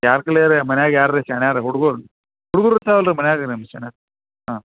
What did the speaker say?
ಯಾರ ಕೈಲೆರಿ ಮನೆಯಾಗ ಯಾರಾರು ಶಾಣೇರು ಹುಡುಗ್ರು ಹುಡುಗ್ರು ಇರ್ತಾರಲ್ರಿ ಮನೆಯಾಗೆ ನಿಮ್ಮ ಶಾಣೇರು ಹಾಂ